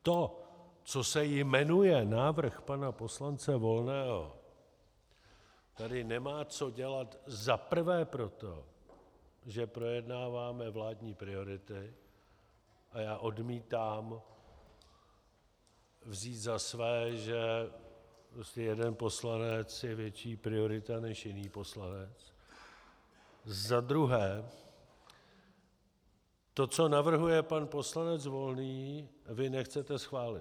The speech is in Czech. To, co se jmenuje návrh pana poslance Volného, tady nemá co dělat za prvé proto, že projednáváme vládní priority, a já odmítám vzít za své, že jeden poslanec je větší priorita než jiný poslanec, a za druhé to, co navrhuje pan poslanec Volný, vy nechcete schválit.